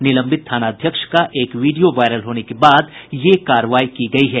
निलंबित थानाध्यक्ष का एक वीडियो वायरल होने के बाद ये कार्रवाई की गयी है